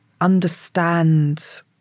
understand